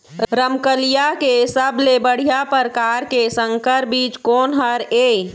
रमकलिया के सबले बढ़िया परकार के संकर बीज कोन हर ये?